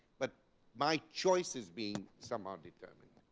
but my choice is being somehow determined.